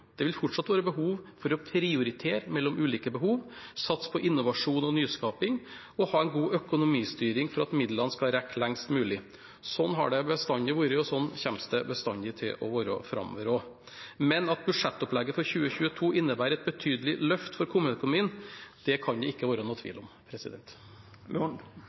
å prioritere mellom ulike behov, satse på innovasjon og nyskaping og ha en god økonomistyring for at midlene skal rekke lengst mulig. Slik har det bestandig vært, og slik kommer det bestandig til å være. Men at budsjettopplegget for 2022 innebærer et betydelig løft for kommuneøkonomien, kan det ikke være